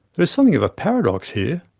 there is something of a paradox here.